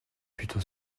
plutôt